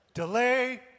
Delay